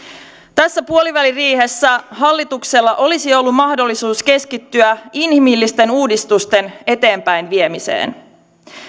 tässä puoliväliriihessä hallituksella olisi ollut mahdollisuus keskittyä inhimillisten uudistusten eteenpäinviemiseen